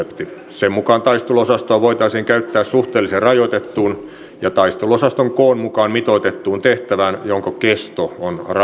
sen mukaan taisteluosastoa voitaisiin käyttää suhteellisen rajoitettuun ja taisteluosaston koon mukaan mitoitettuun tehtävään jonka kesto on rajattu